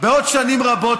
בעוד שנים לא רבות,